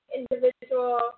individual